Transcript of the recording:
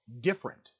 different